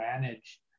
manage